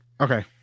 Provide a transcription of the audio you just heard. Okay